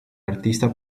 artista